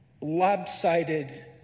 lopsided